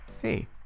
Hey